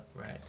right